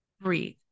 Breathe